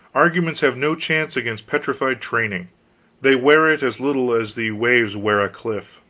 arguments have no chance against petrified training they wear it as little as the waves wear a cliff.